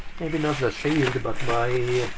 maybe not the shield but my.